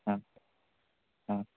हां हां